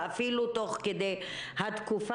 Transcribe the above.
ואפילו תוך כדי התקופה,